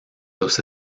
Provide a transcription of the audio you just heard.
los